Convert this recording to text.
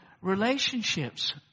relationships